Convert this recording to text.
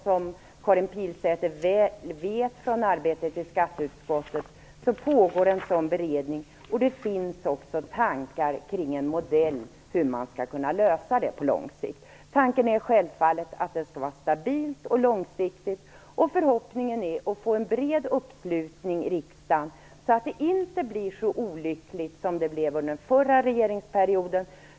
Som Karin Pilsäter väl känner till från arbetet i skatteutskottet pågår en sådan beredning. Det finns också tankar kring en modell för att lösa problemet på lång sikt. Tanken är självfallet att den skall vara stabil och långsiktig. Förhoppningen är att det skall bli en bred uppslutning i riksdagen, så att det inte blir så olyckligt som det blev under den förra regeringsperioden.